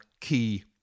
key